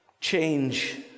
change